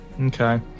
Okay